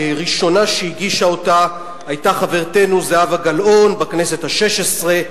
הראשונה שהגישה אותה היתה חברתנו זהבה גלאון בכנסת השש-עשרה,